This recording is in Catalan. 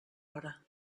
hora